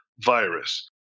virus